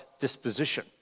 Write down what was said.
disposition